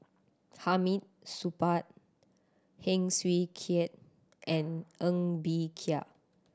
Hamid Supaat Heng Swee Keat and Ng Bee Kia